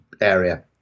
area